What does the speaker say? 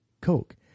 Coke